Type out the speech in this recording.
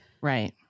Right